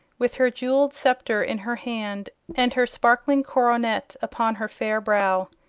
with her jewelled sceptre in her hand and her sparkling coronet upon her fair brow.